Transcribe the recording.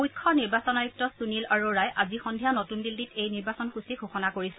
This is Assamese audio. মুখ্য নিৰ্বাচন আয়ুক্ত সুনীল আৰোৰাই আজি সন্ধিয়া নতুন দিল্লীত এই নিৰ্বাচন সূচী ঘোষণা কৰিছে